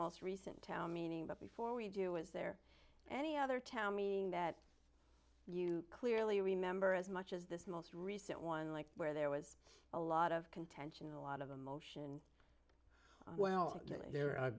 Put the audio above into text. most recent town meeting but before we do is there any other town mean that you clearly remember as much as this most recent one like where there was a lot of contention a lot of emotion well there a